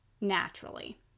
naturally